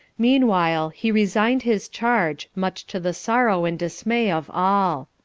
meanwhile he resigned his charge, much to the sorrow and dismay of all.